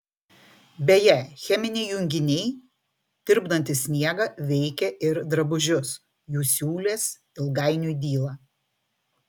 beje cheminiai junginiai tirpdantys sniegą veikia ir drabužius jų siūlės ilgainiui dyla